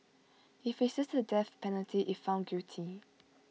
he faces the death penalty if found guilty